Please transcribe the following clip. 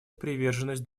приверженность